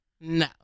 No